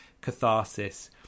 catharsis